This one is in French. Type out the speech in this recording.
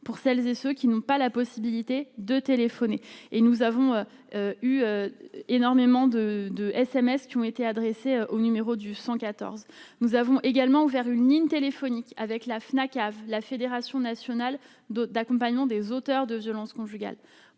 pour celles et ceux qui n'ont pas la possibilité de téléphoner et nous avons eu énormément de de SMS qui ont été adressées au numéro du 114 nous avons également ouvert une ligne téléphonique avec la Fnac, la Fédération nationale d'autres d'accompagnement des auteurs de violences conjugales,